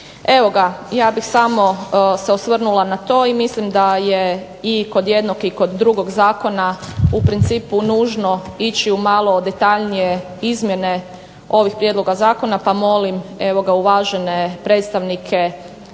Evo ga, ja bih se samo osvrnula na to i mislim da je i kod jednog i kod drugog zakona u principu nužno ići malo detaljnije izmjene ovih prijedloga zakona pa molim uvažene predstavnike